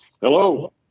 Hello